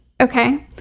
okay